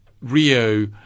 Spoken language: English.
Rio